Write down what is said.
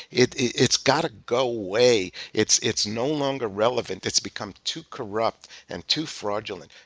it's it's got to go way. it's it's no longer relevant. it's become too corrupt and too fraudulent.